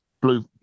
blue